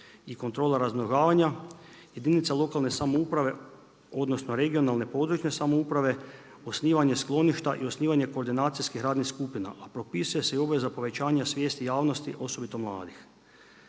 i kontrola razmnožavanja jedinice lokalne samouprave odnosno regionalne, područne samouprave osnivanje skloništa i osnivanje koordinacijskih radnih skupina a propisuje se i obveza povećanja svijesti javnosti osobito mladih.